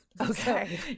Okay